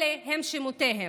אלה שמותיהם: